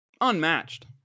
unmatched